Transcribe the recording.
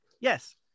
yes